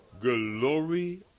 Glory